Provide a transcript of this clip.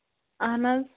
اَہَن حظ